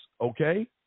okay